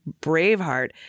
Braveheart